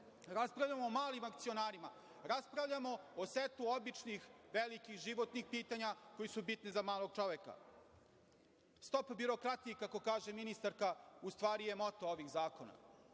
raspravljamo o malim akcionarima, raspravljamo o setu običnih velikih životnih pitanja koji su bitni za malog čoveka. Stop birokratiji, kako kaže ministarka, u stvari je moto ovih zakona. Ovi